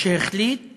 שהחליט